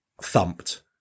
thumped